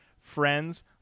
Friends